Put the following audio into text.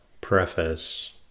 Preface